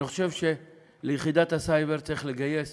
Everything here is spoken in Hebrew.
אני חושב שליחידת הסייבר צריך לגייס